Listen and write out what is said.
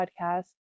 podcast